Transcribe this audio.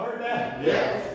yes